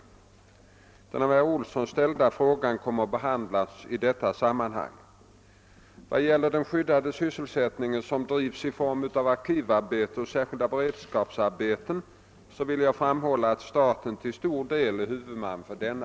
Den av herr Olsson ställda frågan kommer att behandlas i detta sammanhang. Vad gäller den skyddade sysselsättning som bedrivs i form av arkivarbeten och särskilda beredskapsarbeten vill jag framhålla att staten till stor del är huvudman för denna.